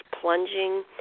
plunging